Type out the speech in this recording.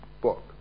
book